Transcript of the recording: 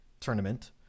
tournament